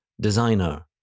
designer